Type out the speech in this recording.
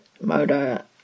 motor